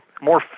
more